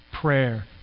prayer